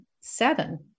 seven